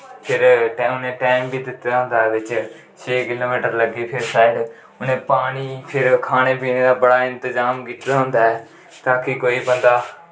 फिर उ'नें टैम बी दित्ते दा होंदा ओह्दे बिच्च छे किलो मीटर लग्गी फिर शायद उ'नें पानी फिर खाने पाने दा बड़ा इंतज़ाम कीते दा होंदा ऐ ता कि कोई बंदा